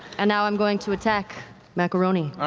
and now i'm going to attack macaroni.